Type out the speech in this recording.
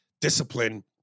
discipline